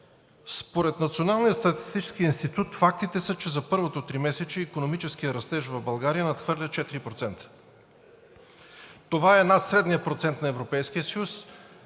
Според Националния статистически институт фактите са, че за първото тримесечие икономическият растеж в България надхвърля 4%. Това е над средния процент на Европейския съюз